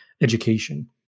education